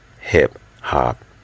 hip-hop